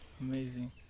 Amazing